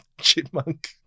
chipmunk